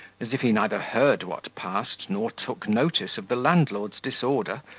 as if he neither heard what passed nor took notice of the landlord's disorder,